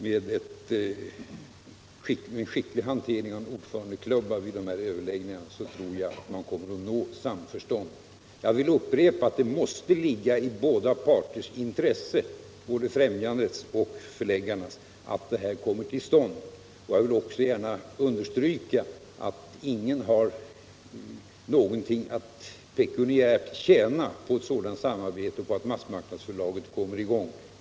Med en skicklig hantering av ordförandeklubban vid dessa överläggningar kommer man säkert att nå samförstånd. Jag vill upprepa att det måste ligga i båda parters intresse — både Litteraturfrämjandets och förläggarnas — att detta avtal kommer till stånd. Jag vill understryka att ingen har något pekuniärt:att tjäna på ett sådant samarbete och på att massmarknadsförlaget kommer i gång.